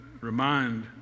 remind